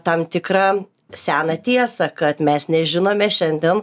tam tikrą seną tiesą kad mes nežinome šiandien